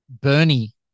bernie